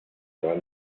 war